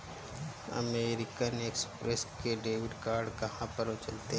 American Express के debit card कहाँ पर चलते हैं?